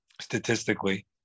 Statistically